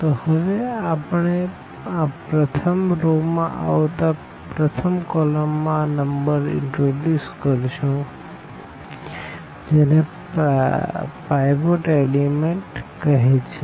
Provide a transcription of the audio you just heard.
તો હવે આપણે આ પ્રથમ રો માં અથવા પ્રથમ કોલમ માં આ નંબર ઇનટ્રોડયુસ કરશું જેને પાઈવોટ એલિમેન્ટ કહે છે